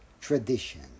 tradition